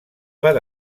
per